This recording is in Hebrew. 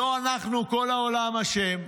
לא אנחנו, כל העולם אשם,